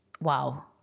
wow